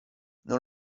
non